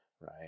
right